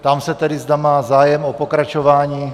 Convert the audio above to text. Ptám se tedy, zda má zájem o pokračování.